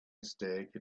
mistake